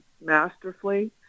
masterfully